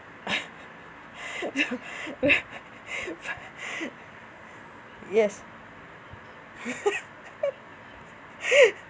yes